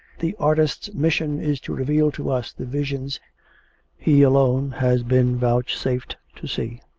the artist's mission is to reveal to us the visions he alone has been vouchsafed to see,